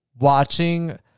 watching